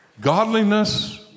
Godliness